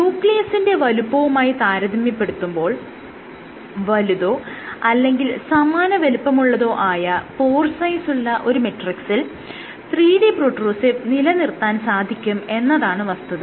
ന്യൂക്ലിയസിന്റെ വലുപ്പവുമായി താരതമ്യപ്പെടുത്തുമ്പോൾ വലുതോ അല്ലെങ്കിൽ സമാന വലുപ്പമുള്ളതോ ആയ പോർ സൈസ് ഉള്ള ഒരു മെട്രിക്സിൽ 3D പ്രൊട്രൂസീവ് നിലനിർത്താൻ സാധിക്കും എന്നതാണ് വസ്തുത